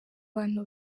bantu